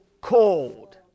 cold